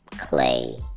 Clay